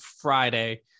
Friday